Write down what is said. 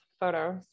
photos